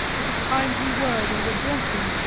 with a kindly word, and a blessing,